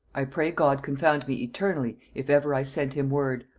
i pray god confound me eternally, if ever i sent him word,